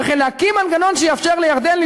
וכן להקים מנגנון שיאפשר לירדן,